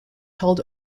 held